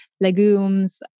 legumes